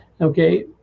okay